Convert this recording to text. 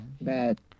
Bad